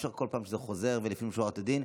אי-אפשר כל פעם שזה חוזר וזה לפנים משורת הדין.